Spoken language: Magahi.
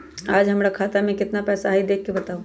आज हमरा खाता में केतना पैसा हई देख के बताउ?